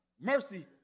mercy